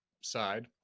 side